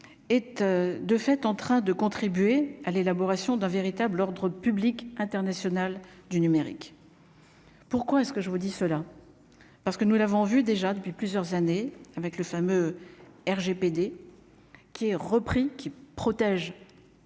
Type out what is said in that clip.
même de fait en train de contribuer à l'élaboration d'un véritable ordre public international du numérique. Le garage. Pourquoi est-ce que je vous dis cela parce que nous l'avons vu déjà depuis plusieurs années avec le fameux RGPD qui est repris, qui protège nos